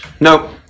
Nope